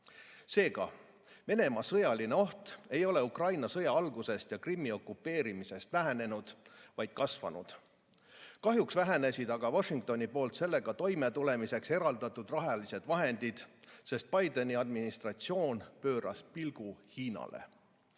Venemaa sõjaline oht ei ole Ukraina sõja algusest ja Krimmi okupeerimisest vähenenud, vaid kasvanud. Kahjuks vähenesid aga Washingtonist sellega toime tulemiseks eraldatud rahalised vahendid, sest Bideni administratsioon pööras pilgu Hiinale.